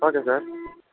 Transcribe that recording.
okay sir